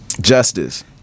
justice